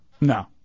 No